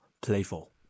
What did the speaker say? playful